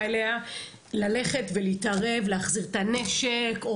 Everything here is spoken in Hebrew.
אליה לא צריכה להתערב כדי להחזיר את הנשק.